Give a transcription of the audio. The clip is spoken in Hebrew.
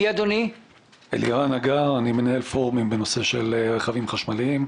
אני מנהל פורומים בנושא של רכבים חשמליים.